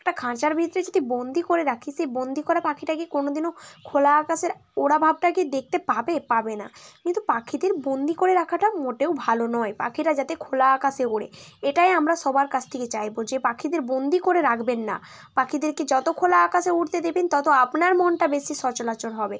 একটা খাঁচার ভিতরে যদি বন্দি করে রাখি সেই বন্দি করা পাখিটা কি কোনো দিনও খোলা আকাশের ওড়া ভাবটা কি দেখতে পাবে পাবে না কিন্তু পাখিদের বন্দি করে রাখাটা মোটেও ভালো নয় পাখিরা যাতে খোলা আকাশে ওড়ে এটাই আমরা সবার কাছ থেকে চাইব যে পাখিদের বন্দি করে রাখবেন না পাখিদেরকে যত খোলা আকাশে উড়তে দেবেন তত আপনার মনটা বেশি সচলাচল হবে